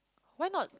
why not